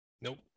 Nope